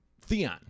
Theon